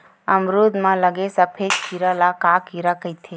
अमरूद म लगे सफेद कीरा ल का कीरा कइथे?